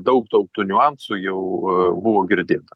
daug daug tų niuansų jau buvo girdėta